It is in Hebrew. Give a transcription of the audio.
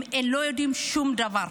הם לא יודעים שום דבר.